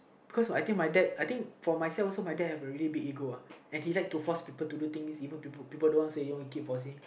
cause I think my dad I think for myself also my dad have a really big ego uh and he like to force people to do things even people people don't want say you know he keep forcing